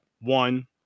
One